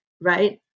right